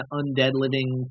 undead-living